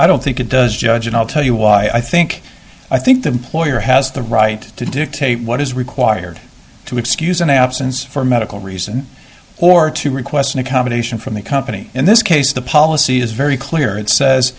i don't think it does judge and i'll tell you why i think i think the employer has the right to dictate what is required to excuse an absence for a medical reason or to request an accommodation from the company in this case the policy is very clear it says